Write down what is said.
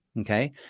okay